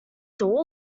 door